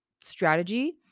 strategy